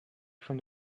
from